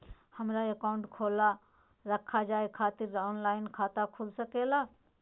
हमारा अकाउंट खोला रखा जाए खातिर ऑनलाइन खाता खुल सके ला?